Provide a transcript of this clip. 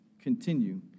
continue